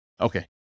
Okay